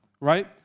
right